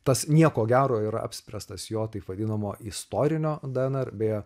tas nieko gero ir apspręstas jo taip vadinamo istorinio dnr beje